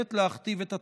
שחייבת להכתיב את הטון.